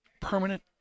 permanent